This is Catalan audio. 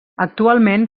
actualment